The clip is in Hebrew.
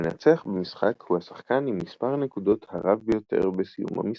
המנצח במשחק הוא השחקן עם מספר הנקודות הרב ביותר בסיום המשחק.